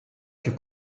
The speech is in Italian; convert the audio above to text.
più